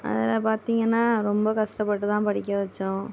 அதை பார்த்திங்கன்னா ரொம்ப கஷ்டப்பட்டுதான் படிக்க வைச்சோம்